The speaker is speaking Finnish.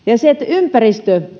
ympäristö